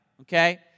Okay